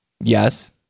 Yes